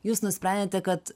jūs nusprendėte kad